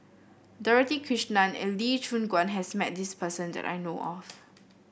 Dorothy Krishnan and Lee Choon Guan has met this person that I know of